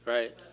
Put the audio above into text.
Right